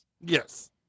Yes